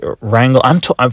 wrangle